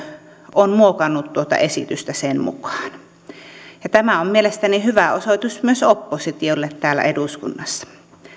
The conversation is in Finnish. on muokannut tuota esitystä sen mukaan tämä on mielestäni hyvä osoitus myös oppositiolle täällä eduskunnassa